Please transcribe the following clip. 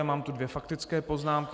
Mám tu dvě faktické poznámky.